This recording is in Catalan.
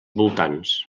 voltants